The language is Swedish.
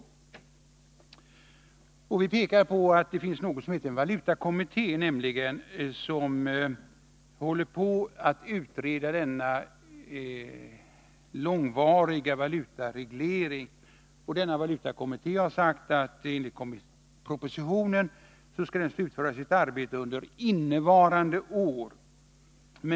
Vi moderater pekar på att det finns något som heter valutakommittén, som håller på att utreda denna långvariga valutareglering. Enligt föreliggande proposition skall kommittén slutföra sitt arbete under innevarande år.